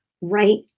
right